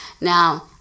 Now